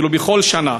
בכל שנה.